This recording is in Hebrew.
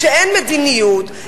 כשאין מדיניות,